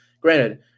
Granted